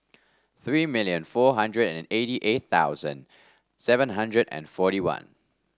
three million four hundred and eighty eight thousand seven hundred and forty one